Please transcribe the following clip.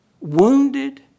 wounded